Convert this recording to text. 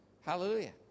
Hallelujah